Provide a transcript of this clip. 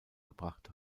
gebracht